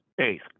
Eighth